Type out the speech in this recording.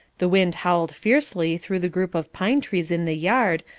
the wind howled fiercely through the group of pine-trees in the yard,